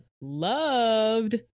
loved